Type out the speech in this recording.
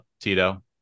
tito